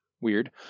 weird